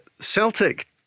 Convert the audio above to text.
Celtic